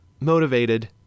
motivated